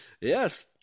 Yes